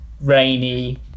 rainy